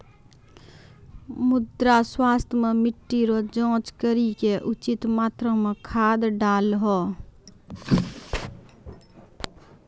मृदा स्वास्थ्य मे मिट्टी रो जाँच करी के उचित मात्रा मे खाद डालहो